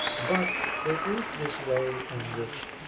but there is this way in which,